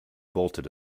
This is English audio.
bolted